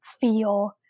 feel